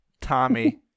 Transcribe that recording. Tommy –